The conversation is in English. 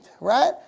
right